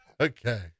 Okay